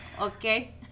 Okay